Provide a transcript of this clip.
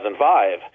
2005